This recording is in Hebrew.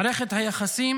מערכת היחסים